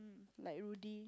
like Rudy